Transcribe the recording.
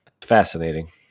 fascinating